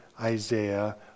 Isaiah